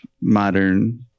modern